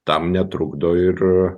tam netrukdo ir